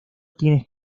tienes